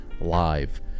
live